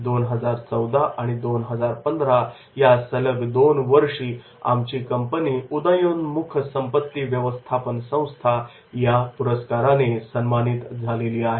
2014 आणि 2015 या सलग दोन वर्षी आमची कंपनी उदयोन्मुख संपत्ती व्यवस्थापन संस्था या पुरस्काराने सन्मानित झाली आहे